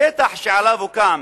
השטח שעליו הוקם,